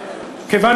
כיוון